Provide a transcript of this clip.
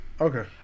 okay